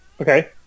Okay